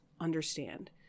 understand